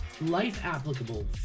life-applicable